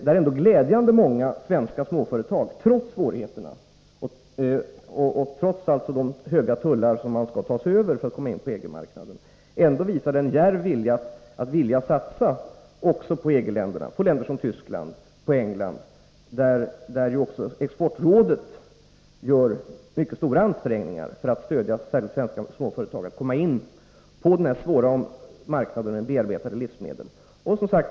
Jag fann att glädjande många svenska småföretag, trots svårigheterna och trots de höga tullar som man skall ta sig över för att komma in på EG-marknaden, visade en vilja att djärvt satsa även på EG-länderna — på länder som Västtyskland och England. Härvidlag gör även Exportrådet stora ansträngningar för att stödja särskilt svenska småföretag när det gäller att komma in på den här svåra marknaden med bearbetade livsmedel.